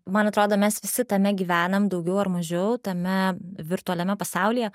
man atrodo mes visi tame gyvenam daugiau ar mažiau tame virtualiame pasaulyje